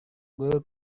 guru